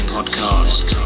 Podcast